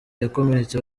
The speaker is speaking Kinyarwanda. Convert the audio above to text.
yakomeretse